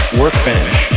workbench